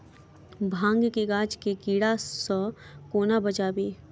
भांग केँ गाछ केँ कीड़ा सऽ कोना बचाबी?